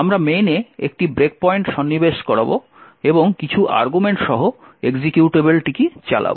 আমরা main এ একটি ব্রেকপয়েন্ট সন্নিবেশ করান এবং কিছু আর্গুমেন্ট সহ এক্সিকিউটেবল চালান